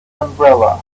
umbrella